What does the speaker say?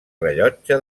rellotge